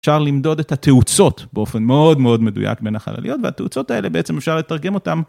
אפשר למדוד את התאוצות באופן מאוד מאוד מדויק בין החלליות והתאוצות האלה בעצם אפשר לתרגם אותן.